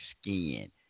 skin